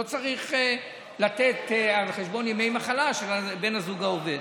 לא צריך לתת על חשבון ימי המחלה של בן הזוג העובד.